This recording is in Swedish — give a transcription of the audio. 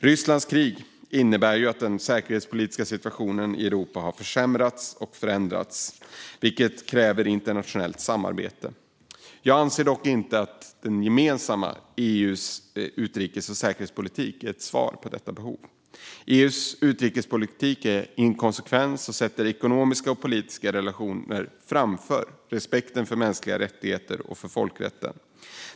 Rysslands krig innebär att den säkerhetspolitiska situationen i Europa har förändrats och försämrats, vilket kräver internationellt samarbete. Jag anser dock inte att EU:s gemensamma utrikes och säkerhetspolitik är ett svar på detta behov. EU:s utrikespolitik är inkonsekvent och sätter ekonomiska och politiska relationer framför respekten för mänskliga rättigheter och folkrätten.